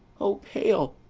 o, pale!